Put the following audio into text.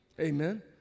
Amen